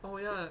oh ya